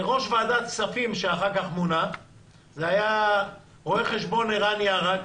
כספים שמונה אחר כך היה רואה חשבון ערן יאראק,